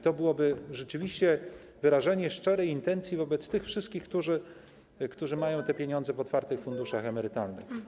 To byłoby rzeczywiście wyrażenie szczerej intencji wobec tych wszystkich, którzy mają pieniądze w otwartych funduszach emerytalnych.